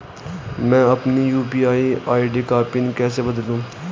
मैं अपनी UPI ID का पिन कैसे बदलूं?